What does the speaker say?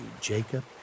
Jacob